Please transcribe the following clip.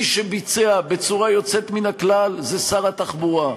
מי שביצע בצורה יוצאת מן הכלל זה שר התחבורה.